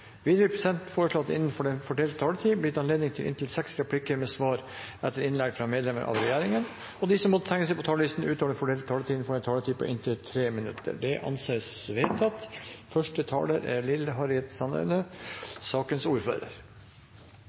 Videre vil presidenten foreslå at det – innenfor den fordelte taletid – blir gitt anledning til inntil seks replikker med svar etter innlegg fra medlemmer av regjeringen, og at de som måtte tegne seg på talerlisten utover den fordelte taletid, får en taletid på inntil 3 minutter. – Det anses vedtatt.